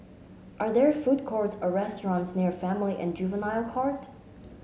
are there food courts or restaurants near Family and Juvenile Court